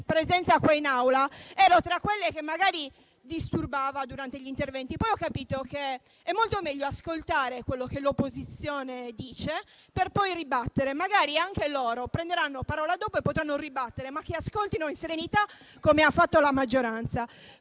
presenza in Aula, ero tra coloro che disturbavano durante gli interventi. Poi ho capito che è molto meglio ascoltare quello che l'opposizione dice, per poi ribattere. Magari anche loro prenderanno la parola dopo e potranno ribattere, ma che ora ascoltino in serenità come ha fatto la maggioranza.